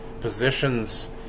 positions